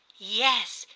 yes,